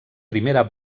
primera